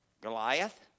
Goliath